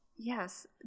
Yes